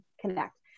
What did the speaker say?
connect